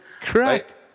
Correct